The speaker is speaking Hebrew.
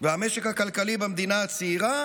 והמשק הכלכלי במדינה הצעירה